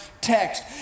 text